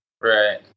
right